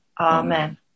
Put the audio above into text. Amen